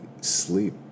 sleep